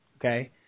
okay